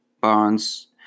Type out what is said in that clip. Bonds